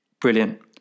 brilliant